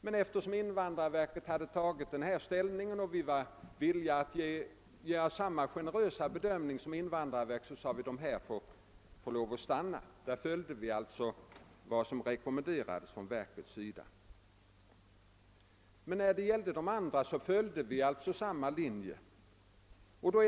Men eftersom invandrarverket hade tagit denna ställning och vi var villiga att göra samma generösa bedömning kom även regeringen till att de borde få stanna; vi följde alltså verkets rekommendationer. Beträffande de båda grupperna zigenare följde vi också verkets linje.